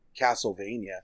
Castlevania